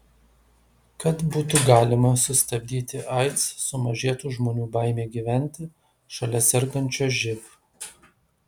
kad būtų galima sustabdyti aids sumažėtų žmonių baimė gyventi šalia sergančio živ